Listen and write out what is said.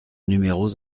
numéros